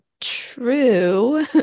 true